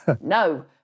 No